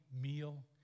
meal